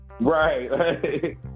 Right